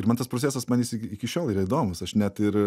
ir man tas procesas man jis iki iki šiol yra įdomus aš net ir